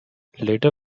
later